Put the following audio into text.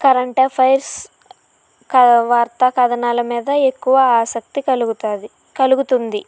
current affairs వార్త కథనాల మీద ఎక్కువ ఆసక్తి కలుగుతాది కలుగుతుంది